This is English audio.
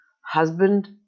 husband